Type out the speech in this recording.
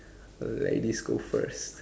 ladies go first